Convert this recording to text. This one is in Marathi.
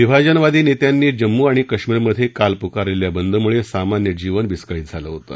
विभाजनवादी नेत्यांनी जम्मू आणि काश्मिरमधे काल पुकारलेल्या बंदमुळे सामान्य जीवन विस्कळीत झालं होतं